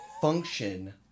function